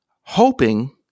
hoping